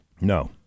No